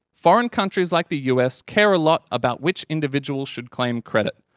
foreign countries like the us care a lot about which individual should claim credit.